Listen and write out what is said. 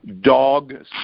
dog